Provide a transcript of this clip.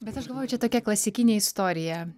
bet aš galvoju čia tokia klasikinė istorija